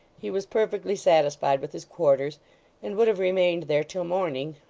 he was perfectly satisfied with his quarters and would have remained there till morning,